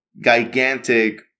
gigantic